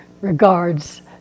regards